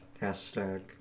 Hashtag